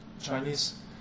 Chinese